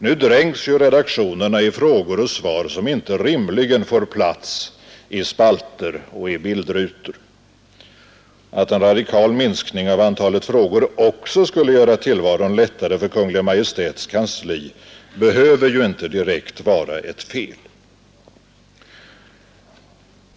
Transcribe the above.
Nu dränks ju redaktionerna i frågor och svar som inte rimligen får plats i spalter och i bildrutor. Att en radikal minskning av antalet frågor också skulle göra tillvaron lättare för Kungl. Maj:ts kansli behöver ju inte direkt vara ett fel.